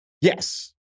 yes